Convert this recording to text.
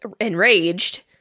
enraged